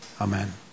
Amen